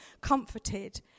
comforted